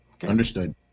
Understood